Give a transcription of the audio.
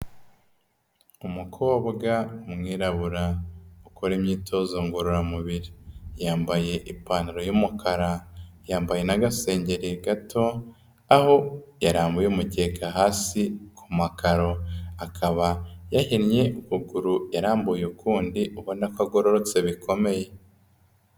Umukobwa umwirabura, ukora imyitozo ngororamubiri. Yambaye ipantaro y'umukara, yambaye n'agasengeri gato, aho yarambuye umukeka hasi ku makaro, akaba yahinnye ukuguru yarambuye ukundi, ubona ko agororotse bikomeye.